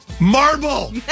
Marble